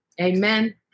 Amen